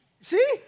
See